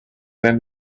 then